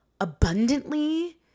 abundantly